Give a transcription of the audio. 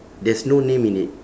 there's no name in it